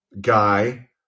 guy